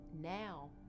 now